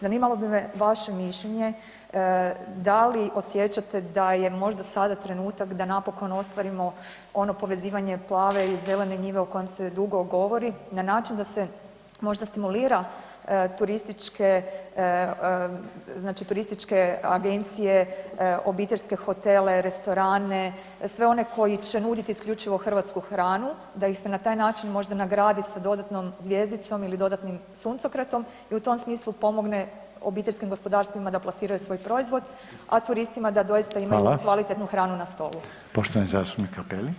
Zanimalo bi me vaše mišljenje da li osjećate da je možda sada trenutak da napokon ostvarimo ono povezivanje plave i zelene njive o kojem se dugo govori na način da se možda stimulira turističke, znači turističke agencije, obiteljske hotele, restorane, sve one koji će nuditi isključivo hrvatsku hranu da ih se na taj način možda nagradi sa dodatnom zvjezdicom ili dodatnim suncokretom i u tom smislu pomogne obiteljskim gospodarstvima da plasiraju svoj proizvod, a turistima da doista imaju [[Upadica: Hvala]] tu kvalitetnu hranu na stolu.